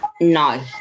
No